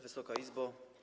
Wysoka Izbo!